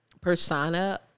persona